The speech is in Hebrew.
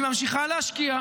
והיא ממשיכה להשקיע,